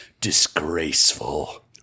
disgraceful